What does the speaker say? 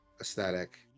aesthetic